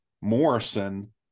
Morrison